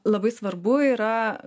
labai svarbu yra